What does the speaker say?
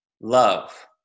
love